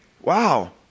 wow